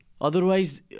Otherwise